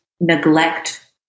neglect